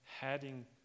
heading